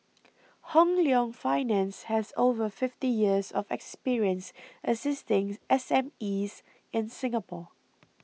Hong Leong Finance has over fifty years of experience assisting S M Es in Singapore